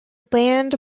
band